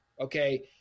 okay